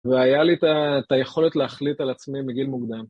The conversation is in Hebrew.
והיה לי את היכולת להחליט על עצמי בגיל מוקדם.